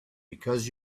because